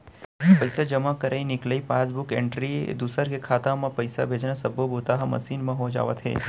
पइसा जमा करई, निकलई, पासबूक एंटरी, दूसर के खाता म पइसा भेजना सब्बो बूता ह मसीन म हो जावत हे